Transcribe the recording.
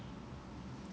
ya